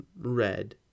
Red